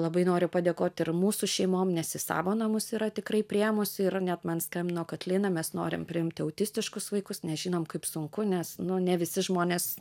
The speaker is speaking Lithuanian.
labai noriu padėkot ir mūsų šeimom nes į savo namus yra tikrai priėmusių ir net man skambino kad lina mes norim priimti autistiškus vaikus nes žinom kaip sunku nes nu ne visi žmonės